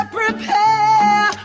prepare